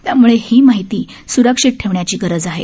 त्यामुळे ही माहिती सुरक्षित ठेवण्याची गरज आहे